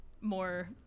more